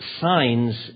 signs